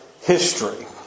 history